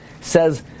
says